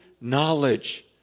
knowledge